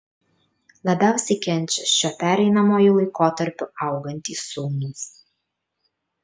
labiausiai kenčia šiuo pereinamuoju laikotarpiu augantys sūnūs